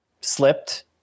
slipped